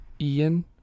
Ian